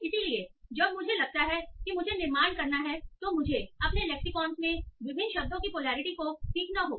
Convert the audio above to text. इसलिए जब मुझे लगता है कि मुझे निर्माण करना है तो मुझे अपने लेक्सिकॉन में विभिन्न शब्दों की पोलैरिटी को सीखना होगा